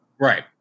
Right